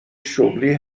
شغلی